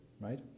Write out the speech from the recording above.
right